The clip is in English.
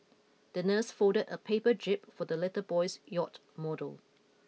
the nurse folded a paper jib for the little boy's yacht model